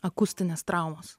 akustinės traumos